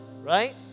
right